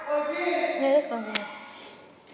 ya just continue